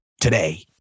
today